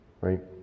right